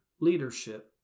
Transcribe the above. leadership